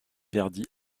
perdit